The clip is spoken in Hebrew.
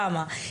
למה?